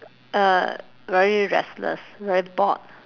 uh very restless very bored